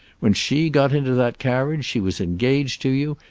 when she got into that carriage she was engaged to you,